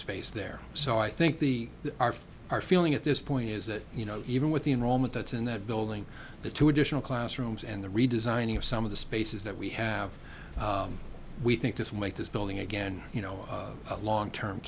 space there so i think the our our feeling at this point is that you know even with the enrollment that's in that building the two additional classrooms and the redesigning of some of the spaces that we have we think this will make this building again you know a long term